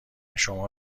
شما